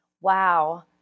Wow